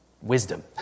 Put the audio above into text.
wisdom